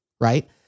right